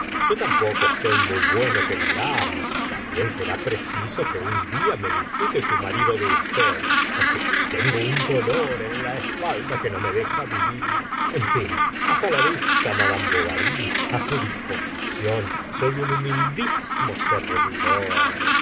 yo tampoco estoy muy bueno que digamos también será preciso que un día me visite su marido de usted porque tengo un dolor en la espalda que no me deja vivir en fin hasta la vista mad bovary a su disposición soy su humildísimo servidor